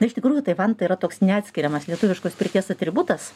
na iš tikrųjų tai vanta yra toks neatskiriamas lietuviškos pirties atributas